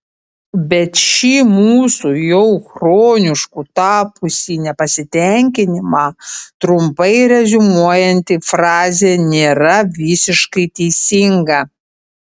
bet ši mūsų jau chronišku tapusį nepasitenkinimą trumpai reziumuojanti frazė nėra visiškai teisinga